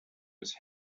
its